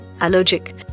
Allergic